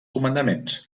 comandaments